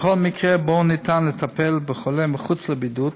בכל מקרה שבו ניתן לטפל בחולה מחוץ לבידוד,